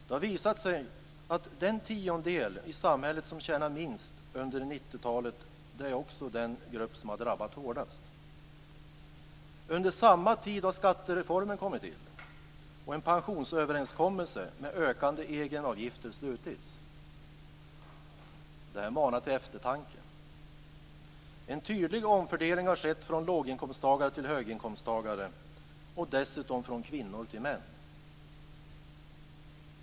Det har visat sig att den tiondel i samhället som tjänar minst under 90-talet också är den grupp som har drabbats hårdast. Under samma tid har skattereformen kommit till, och en pensionsöverenskommelse med ökande egenavgifter har slutits. Det här manar till eftertanke. En tydlig omfördelning har skett från låginkomsttagare till höginkomsttagare och dessutom från kvinnor till män.